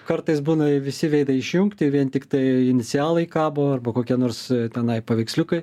kartais būna visi veidai išjungti vien tiktai inicialai kabo arba kokie nors tenai paveiksliukai